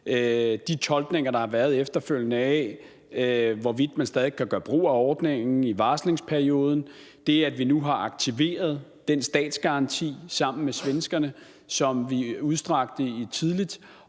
de tolkninger, der har været efterfølgende af, hvorvidt man stadig kan gøre brug af ordningen i varslingsperioden, og det, at vi nu sammen med svenskerne har aktiveret den statsgaranti, som vi tidligt